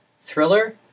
Thriller